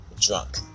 drunk